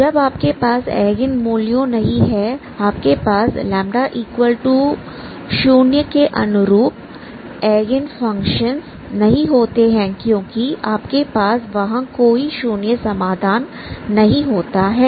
जब आपके पास एगेन मूल्यों नहीं है आपके पास λ0 के अनुरूप एगेन फंक्शन नहीं होते हैं क्योंकि आपके पास वहां कोई शून्य समाधान नहीं होता है